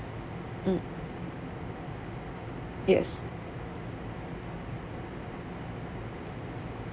mm yes